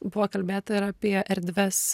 buvo kalbėta ir apie erdves